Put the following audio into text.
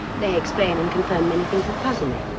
they explain and confirm many things that puzzle me.